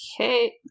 Okay